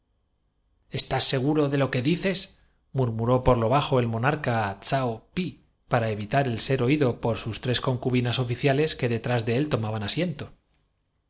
estás seguro de lo que dices murmuró pol lo bajo el monarca á tsao pi para evitar el ser oído por sus tres concubinas oficiales que detrás de él tomaban asiento